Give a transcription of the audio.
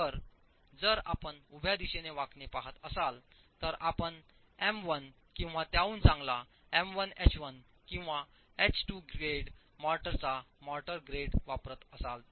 तर जर आपण उभ्या दिशेने वाकणे पहात असाल तर आपण एम 1 किंवा त्याहून चांगला एम 1 एच 1 किंवा एच 2 ग्रेड मोर्टारचा मोर्टार ग्रेड वापरत असाल तर